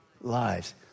lives